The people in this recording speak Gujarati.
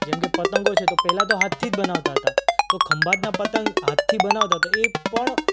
જેમ કે પતંગો છે તો પહેલાં તો હાથથી જ બનાવતા હતા તો ખંભાતના પતંગ હાથથી બનાવતા હતા એ પણ